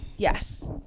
Yes